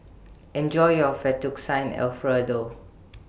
Enjoy your Fettuccine Alfredo